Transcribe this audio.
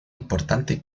importante